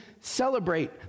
celebrate